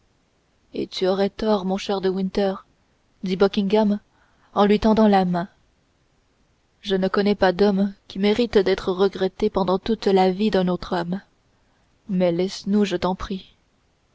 et tu aurais tort mon cher de winter dit buckingham en lui tendant la main je ne connais pas d'homme qui mérite d'être regretté pendant toute la vie d'un autre homme mais laisse-nous je t'en prie